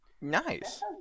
Nice